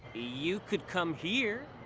you could come here.